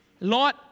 Lord